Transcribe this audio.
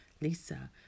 Lisa